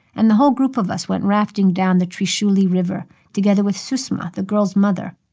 and the whole group of us went rafting down the trishuli river together with susma, the girls' mother.